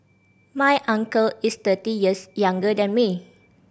my uncle is thirty years younger than me